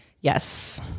Yes